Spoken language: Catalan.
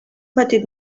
petit